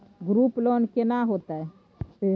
Group loan केना होतै?